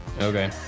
Okay